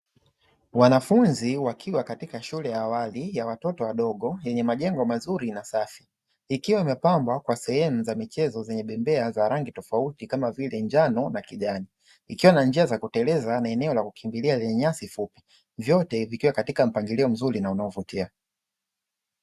Wanafunzi wakiwa katika shule ya awali ya watoto wadogo yenye majengo mazuri na safi, ikiwa imepambwa kwa sehemu za michezo zenye bembea za rangi tofauti kama vile njano na kijani, ikiwa na njia za kuteleza na eneo la kukimbikia lenye nyasi fupi. Vyote vikiwa kwenye mpangilio mzuri na unaovutia.